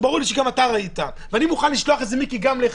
ברור לי שגם אתה ראית ואני מוכן לשלוח את זה גם לך,